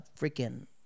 freaking